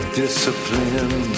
discipline